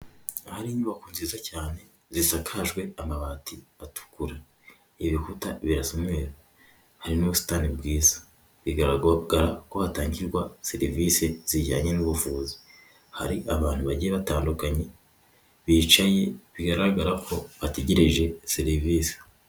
Ahari inyubako nziza cyane zisakajwe amabati atukura, ibikuta bisa hari n'ubusitani bwiza bigogaragara ko hatangirwa serivisi zijyanye n'ubuvuzi, hari abantu bagiye batandukanye bicaye bigaragara ko bategereje serivisi.